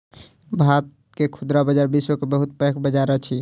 भारत के खुदरा बजार विश्व के बहुत पैघ बजार अछि